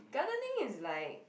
gardening is like